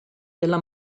della